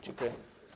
Dziękuję.